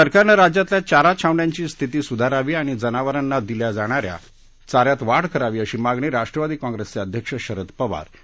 सरकारनं राज्यातल्या चारा छावण्यांची स्थिती सुधारावी आणि जनावरांना दिल्या जाणाऱ्या चाऱ्यात वाढ करावी अशी मागणी राष्ट्रवादी कॉंग्रेसचे अध्यक्ष शरद पवार यांनी केली आहे